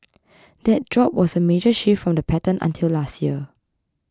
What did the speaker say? that drop was a major shift from the pattern until last year